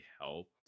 helped